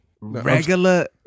Regular